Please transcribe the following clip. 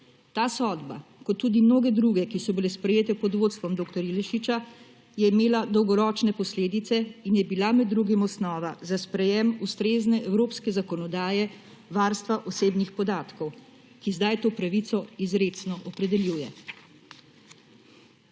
Ta sodba, kot tudi mnoge druge, ki so bile sprejete pod vodstvom dr. Ilešiča, je imela dolgoročne posledice in je bila med drugim osnova za sprejem ustrezne evropske zakonodaje varstva osebnih podatkov, ki sedaj to pravico izrecno opredeljuje.